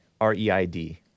R-E-I-D